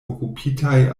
okupitaj